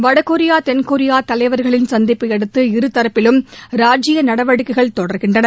வடகொரியா தென்கொரியா தலைவர்களின் சந்திப்பையடுத்து இருதரப்பிலும் ராஜிய நடவடிக்கைகள் தொடர்கின்றன